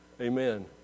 Amen